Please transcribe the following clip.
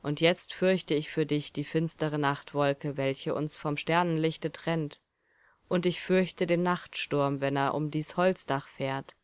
und jetzt fürchte ich für dich die finstere nachtwolke welche uns vom sternenlichte trennt und ich fürchte den nachtsturm wenn er um dies holzdach fährt